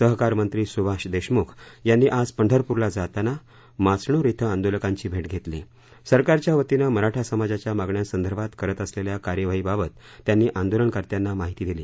सहकार मंत्री सुभाष देशमुख यांनी आज पंढरपूरला जाताना माचणूर श्व आंदोलकांची भेट घेतली सरकारच्या वतीनं मराठा समाजाच्या मागण्यांसंदर्भात करत असलेल्या कार्यवाहीबाबत त्यांनी आंदोलनकर्त्यांना माहिती दिली